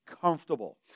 comfortable